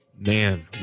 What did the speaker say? Man